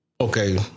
okay